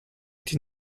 die